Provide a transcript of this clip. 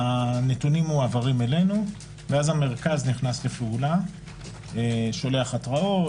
הנתונים מועברים אלינו ואז המרכז נכנס לפעולה - שולח התרעות,